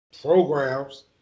programs